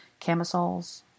camisoles